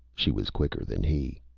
she was quicker than he.